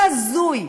זה הזוי.